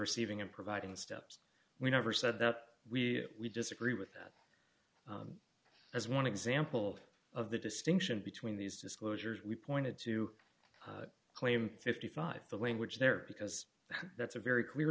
receiving and providing steps we never said that we would disagree with that as one example of the distinction between these disclosures we pointed to claim fifty five dollars the language there because that's a very clear